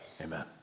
amen